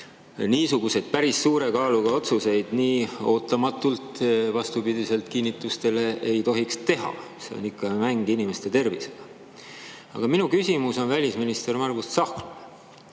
niisuguseid päris suure kaaluga otsuseid nii ootamatult – vastupidiselt kinnitustele – ei tohiks teha, see on ikka mäng inimeste tervisega. Aga minu küsimus on välisminister Margus Tsahknale.